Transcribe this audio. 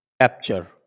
capture